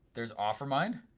there's offermind.